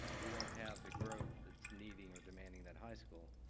we don't have the growth that is needing or demanding that high school.